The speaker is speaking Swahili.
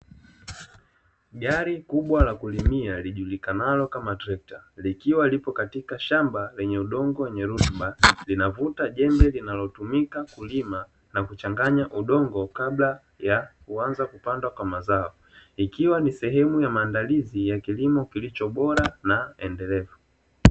Gari kubwa la kulimia lijulikanalo kama Trekta, likiwa lipo katika shamba lenye udongo wenye rutuba, linavuta jembe linalotumika kulima na kuchanganya udongo, kabla ya kuanza kupandwa kwa mazao, ikiwa ni sehemu ya maandalizi ya kilimo kilicho bora na endelevu.